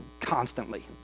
constantly